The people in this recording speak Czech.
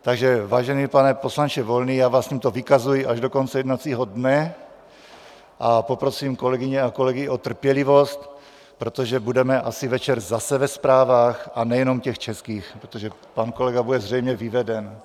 Takže vážený pane poslanče Volný, já vás tímto vykazuji až do konce jednacího dne a poprosím kolegyně a kolegy o trpělivost, protože budeme asi večer zase ve zprávách, a nejenom těch českých, protože pan kolega bude zřejmě vyveden.